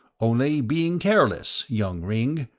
only being careless, young ringg.